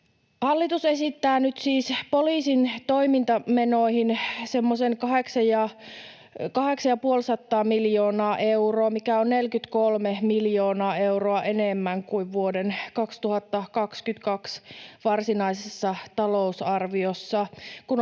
saa tässä budjetissa hiukan alle 500 miljoonaa euroa. Tämä on 209 miljoonaa euroa enemmän kuin vuoden 2022 varsinaisessa talousarviossa.